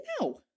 No